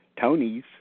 Tony's